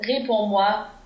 Réponds-moi